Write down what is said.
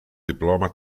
diploma